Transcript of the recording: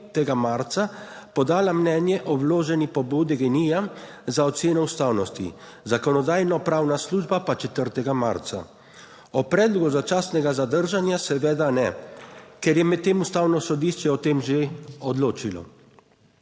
podala mnenje o vloženi pobudi GEN-I-ja za oceno ustavnosti, Zakonodajno-pravna služba pa 4. marca. O predlogu začasnega zadržanja seveda ne, ker je medtem Ustavno sodišče o tem že odločilo.